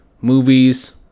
movies